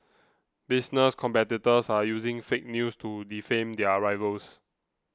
business competitors are using fake news to defame their rivals